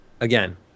again